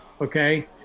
Okay